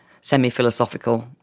semi-philosophical